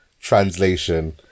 translation